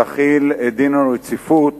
להחיל דין רציפות